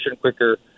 quicker